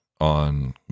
on